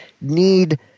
need